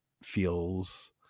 feels